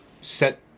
set